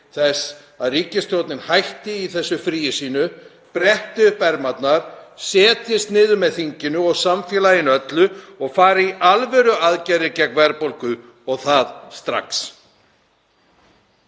þess að ríkisstjórnin hætti í þessu fríi sínu, bretti upp ermarnar, setjist niður með þinginu og samfélaginu öllu og fari í alvöruaðgerðir gegn verðbólgu og það strax?